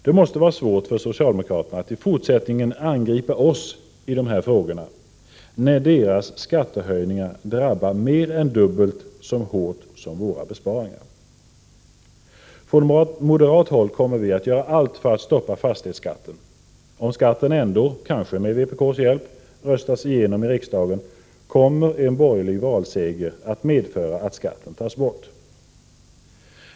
Det måste vara svårt för socialdemokraterna att i fortsättningen angripa oss i dessa frågor, när deras skattehöjningar drabbar mer än dubbelt så hårt som våra besparingar. Från moderat håll kommer vi att göra allt för att stoppa fastighetsskatten. Om skatten ändå, kanske med vpk:s hjälp, röstas igenom i riksdagen kommer en borgerlig valseger att medföra att skatten tas bort.